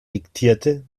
diktierte